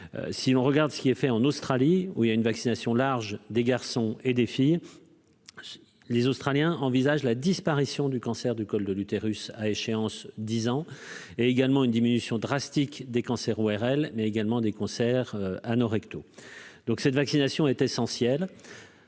si on regarde ce qui est fait en Australie où il y a une vaccination large des garçons et des filles, les Australiens envisagent la disparition du cancer du col de l'utérus à échéance 10 ans et également une diminution drastique des cancers ORL mais également des concerts à recto donc cette vaccination est essentielle.